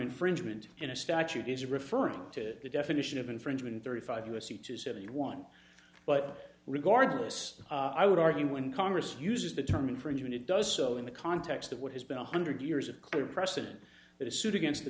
infringement in a statute is referring to the definition of infringement thirty five u s c two seventy one but regardless i would argue when congress uses the term infringement it does so in the context of what has been one hundred years of clear precedent that a suit against the